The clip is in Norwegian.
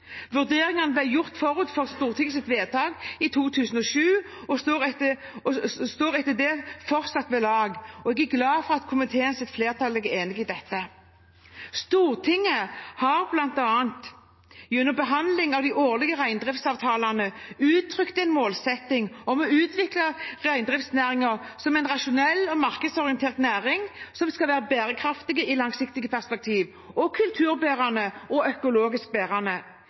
Vurderingene ble gjort forut for Stortingets vedtak i 2007 og står fortsatt ved lag, og jeg er glad for at komiteens flertall er enig i dette. Stortinget har bl.a. gjennom behandlingen av de årlige reindriftsavtalene uttrykt en målsetting om å utvikle reindriftsnæringen som en rasjonell og markedsorientert næring som skal være bærekraftig i et langsiktig perspektiv – og kulturbærende og økologisk bærende.